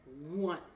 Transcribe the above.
one